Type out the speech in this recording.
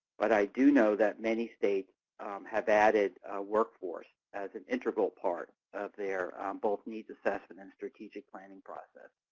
but i do know that many states have added workforce as an integral part of their both needs assessment and strategic planning process.